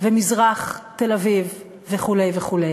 ומזרח תל-אביב וכו' וכו'.